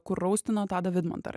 kur raustino tadą vidmantą ar